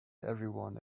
everyone